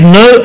no